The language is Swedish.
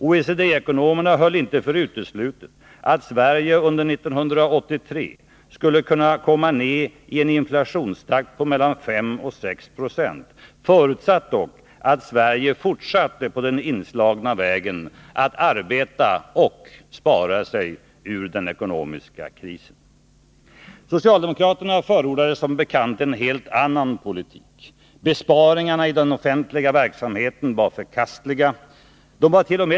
OECD-ekonomerna höll inte för uteslutet att Sverige under 1983 skulle kunna komma ned i en inflationstakt på mellan 5 och 6 96, förutsatt att Sverige fortsatte på den inslagna vägen att arbeta och spara sig ur den ekonomiska krisen. Socialdemokraterna förordade som bekant en helt annan politik. Besparingarna i den offentliga verksamheten var förkastliga. De vart.o.m.